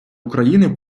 україни